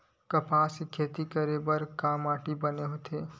कपास के खेती करे बर का माटी बने होथे?